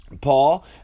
Paul